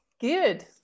good